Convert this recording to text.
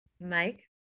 Mike